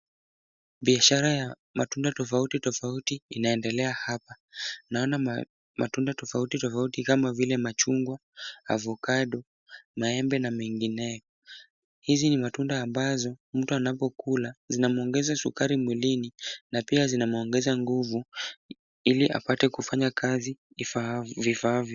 Biashara ya matunda tofauti tofauti inaendelea hapa. Naona matunda tofauti tofauti kama vile; machungwa, avocado , maembe na mengineyo. Hizi ni matunda ambazo mtu anapokula zinamwongeza sukari mwilini na pia zinamwongeza nguvu ili apate kufanya kazi vifaavyo.